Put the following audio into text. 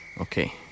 Okay